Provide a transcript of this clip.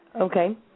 Okay